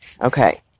Okay